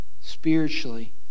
spiritually